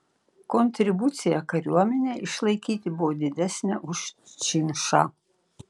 kontribucija kariuomenei išlaikyti buvo didesnė už činšą